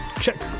Check